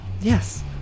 yes